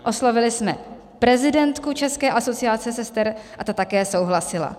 Oslovili jsme prezidentku České asociace sester a ta také souhlasila.